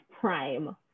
prime